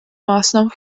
maßnahmen